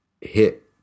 hit